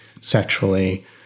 sexually